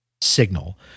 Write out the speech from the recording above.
signal